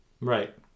Right